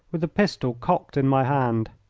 with the pistol cocked in my hand.